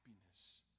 happiness